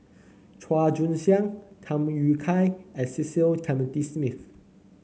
Chua Joon Siang Tham Yui Kai and Cecil Clementi Smith